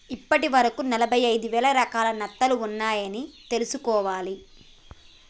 ఇప్పటి వరకు ఎనభై ఐదు వేల రకాల నత్తలు ఉన్నాయ్ అని తెలుసుకోవాలి